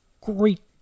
great